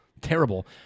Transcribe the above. terrible